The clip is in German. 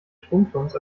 sprungturms